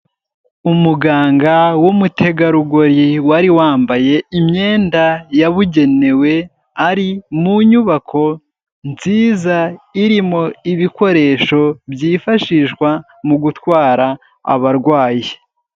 Umuganga w'umutegarugori, wari wambaye imyenda yabugenewe, ari mu nyubako nziza, irimo ibikoresho byifashishwa mu gutwara abarwayi.